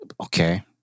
Okay